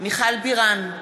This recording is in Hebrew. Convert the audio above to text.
מיכל בירן,